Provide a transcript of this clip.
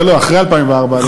לא לא, אחרי 2004, אדוני.